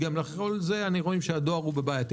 בנוסף אנחנו רואים שהדואר נמצא בבעיות.